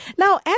Now